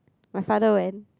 my father went